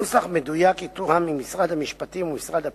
נוסח מדויק יתואם עם משרד המשפטים ומשרד הפנים.